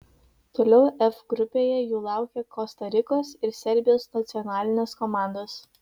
toliau f grupėje jų laukia kosta rikos ir serbijos nacionalinės komandos